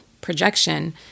projection